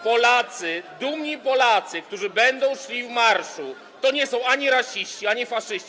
Polacy, dumni Polacy, którzy będą szli w marszu, to nie są ani rasiści, ani faszyści.